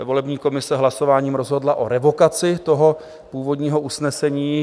Volební komise hlasováním rozhodla o revokaci původního usnesení.